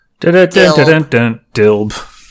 Dilb